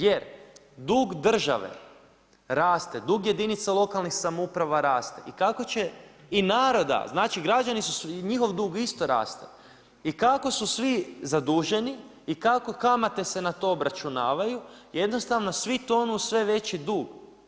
Jer dug države raste, dug jedinica lokalnih samouprava raste i naroda, znači i njihov dug isto raste, i kako su svi zaduženi i kako kamate se na to obračunavaju, jednostavno svi tonu i sve veći dug.